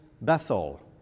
Bethel